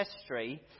history